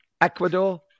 Ecuador